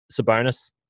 Sabonis